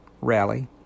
rally